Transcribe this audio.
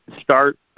start